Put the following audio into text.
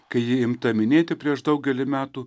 kai ji imta minėti prieš daugelį metų